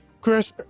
Chris